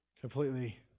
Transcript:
completely